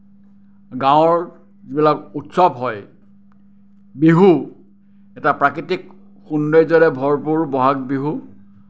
গাঁৱৰ যিবিলাক উৎসৱ হয় বিহু এটা প্ৰাকৃতিক সৌন্দৰ্য্যৰে ভৰপূৰ বহাগ বিহু